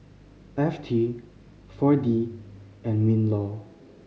F T Four D and MinLaw